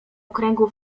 okręgu